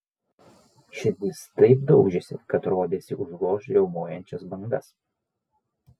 širdis taip daužėsi kad rodėsi užgoš riaumojančias bangas